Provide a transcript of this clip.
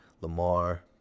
Lamar